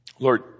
Lord